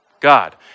God